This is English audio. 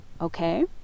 okay